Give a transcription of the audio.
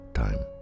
time